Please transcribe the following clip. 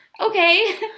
Okay